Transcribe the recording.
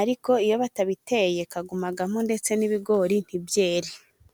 Ariko iyo batabiteye kagumamo, ndetse n'ibigori ntibyere.